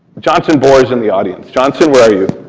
johnson bohr is in the audience. johnson, where are you?